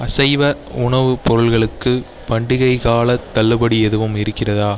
அசைவ உணவுப் பொருள்களுக்கு பண்டிகை காலத் தள்ளுபடி எதுவும் இருக்கிறதா